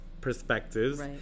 perspectives